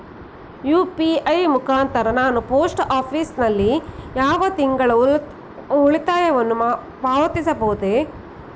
UPI ಮುಖಾಂತರ ನಾನು post office ನಲ್ಲಿ ಮಾಡುವ ತಿಂಗಳ ಉಳಿತಾಯವನ್ನು ಪಾವತಿಸಬಹುದೇ?